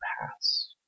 pass